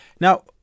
Now